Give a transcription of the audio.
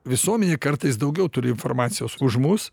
visuomenė kartais daugiau turi informacijos už mus